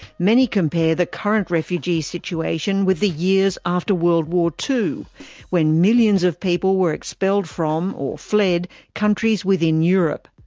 many compare the current refugee situation with the years after world war ii when millions of people were expelled from or fled countries within europe.